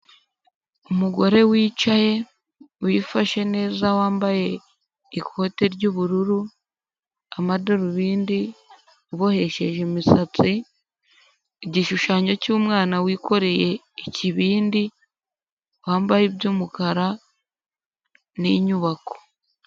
Umugore wicaye wifashe neza wambaye ikote ry'ubururu, amadarubindi, ubohesheje imisatsi, igishushanyo cy'umwana wikoreye ikibindi wambaye iby'umukara n'inyubako.